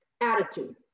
attitude